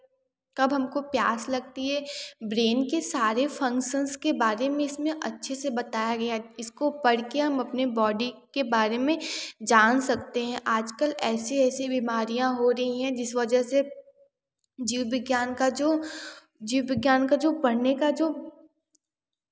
कब हमको प्यास लगती है ब्रेन के सारे फंक्संस के बारे में इसमें अच्छे से बताया गया है इसको पढ़कर हम अपनी बॉडी के बारे में जान सकते है आज कल ऐसी ऐसी बीमारियाँ हो रही है जिस वजह से जीवविज्ञान का जो जीवविज्ञान का जो पढ़ने का जो